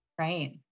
Right